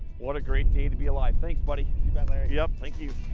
what a great day to be alive! thanks buddy! you bet larry! yeah thank you!